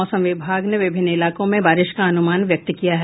मौसम विभाग ने विभिन्न इलाकों में बारिश का अनुमान व्यक्त किया है